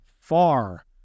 far